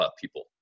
people